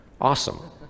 Awesome